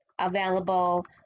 available